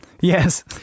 Yes